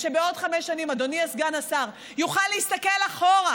ושבעוד חמש שנים אדוני סגן השר יוכל להסתכל אחורה